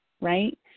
right